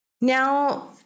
Now